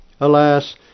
Alas